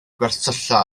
gwersylla